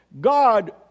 God